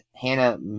Hannah